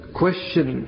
question